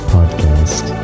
Podcast